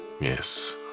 yes